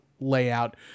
layout